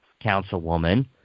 Councilwoman